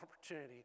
opportunity